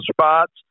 spots